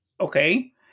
Okay